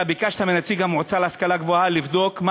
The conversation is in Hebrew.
אתה ביקשת מנציג המועצה להשכלה גבוהה לבדוק מה